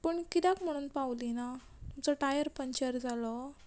पूण किद्याक म्हुणून पावली ना तुमचो टायर पंचर जालो